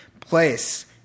place